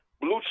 blue